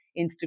Instagram